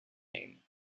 name